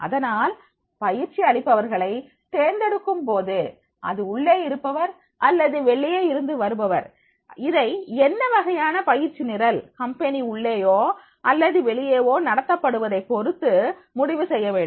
அதனால் பயிற்சி அளிப்பவர்களை தேர்ந்தெடுக்கும்போது அது உள்ளே இருப்பவர் அல்லது வெளியே இருந்து வருபவர் இதை என்ன வகையான பயிற்சி நிரல் கம்பெனி உள்ளேயோ அல்லது வெளியேவோ நடத்தப்படுவதை பொருத்து முடிவு செய்ய வேண்டும்